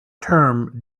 term